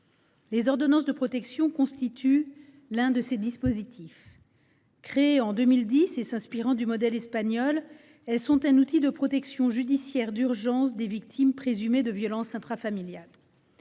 Les ordonnances de protection constituent l’un de ces dispositifs. Créées en 2010 et s’inspirant du modèle espagnol, elles sont un outil de protection judiciaire d’urgence des victimes présumées de violences intrafamiliales.